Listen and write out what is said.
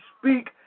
speak